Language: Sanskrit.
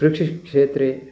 कृषिक्षेत्रे